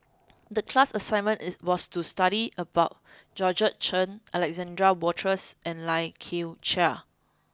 the class assignment it was to study about Georgette Chen Alexander Wolters and Lai Kew Chai